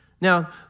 Now